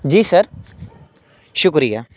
جی sir شکریہ